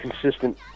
consistent